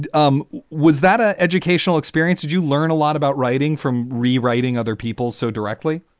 um was that an educational experience? did you learn a lot about writing from rewriting other people so directly?